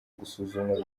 gusuzumwa